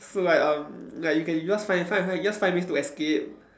so like um like you can you just find find you just find ways to escape